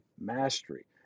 Mastery